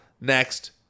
next